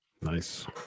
Nice